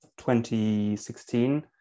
2016